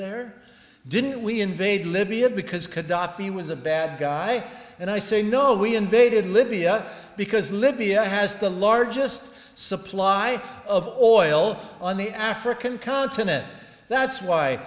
there didn't we invade libya because khadafi was a bad guy and i say no we invaded libya because libya has the largest supply of oil on the african continent that's why